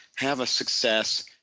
have a success,